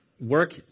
work